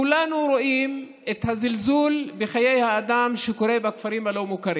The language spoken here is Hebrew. כולנו רואים את הזלזול בחיי אדם שקורה בכפרים הלא-מוכרים.